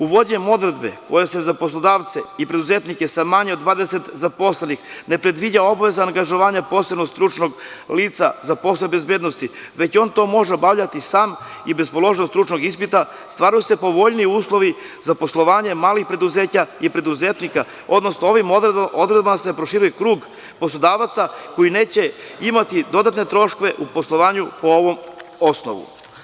Uvođenjem odredbe koja se za poslodavce i preduzetnike sa manje od 20 zaposlenih ne predviđa obaveza angažovanja posebnog stručnog lica za posao bezbednosti, već on to može obavljati san i bez položenog stručnog ispita, stvaraju se povoljniji uslovi za poslovanje malih preduzeća i preduzetnika, odnosno ovim odredbama se proširuje krug poslodavaca koji neće imati dodatne troškove u poslovanju po ovom osnovu.